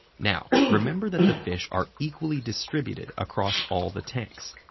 now, remember that the fish are equally distributed across all the tanks.